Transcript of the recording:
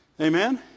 Amen